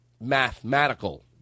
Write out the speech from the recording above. mathematical